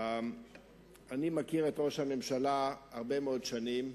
אני מכיר את ראש הממשלה הרבה מאוד שנים.